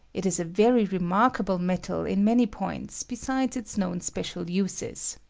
it is a very re markable metal in many points besides its known special uses.